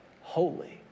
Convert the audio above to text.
holy